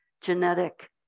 genetic